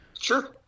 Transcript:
Sure